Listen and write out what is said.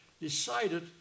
decided